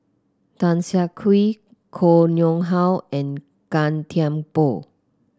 Tan Siah Kwee Koh Nguang How and Gan Thiam Poh